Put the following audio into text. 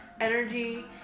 energy